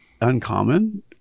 uncommon